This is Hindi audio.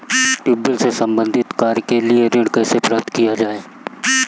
ट्यूबेल से संबंधित कार्य के लिए ऋण कैसे प्राप्त किया जाए?